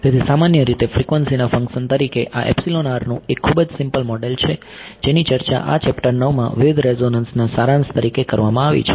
તેથી સામાન્ય રીતે ફ્રિકવન્સીના ફંક્શન તરીકે આ એપ્સીલોન r નું એક ખૂબ જ સિમ્પલ મોડેલ છે જેની ચર્ચા આ ચેપ્ટર 9 માં વિવિધ રેઝોનન્સના સારાંશ તરીકે કરવામાં આવી છે